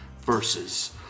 versus